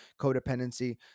codependency